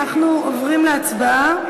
אנחנו עוברים להצבעה.